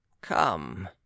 come